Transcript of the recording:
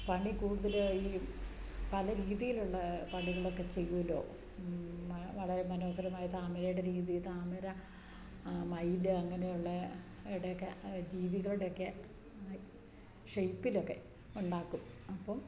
പണി കൂടുതല് ഈ പല രീതിയിലുള്ള പണികളൊക്കെ ചെയ്യുമല്ലോ വളരെ മനോഹരമായ താമരയുടെ രീതി താമര മയില് അങ്ങനെയുള്ള എടെയൊക്കെ ജീവികളുടെയൊക്കെ ഷെയിപ്പിലൊക്കെ ഉണ്ടാക്കും അപ്പോള്